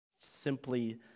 Simply